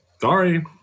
Sorry